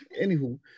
anywho